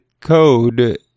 code